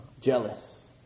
jealous